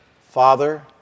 Father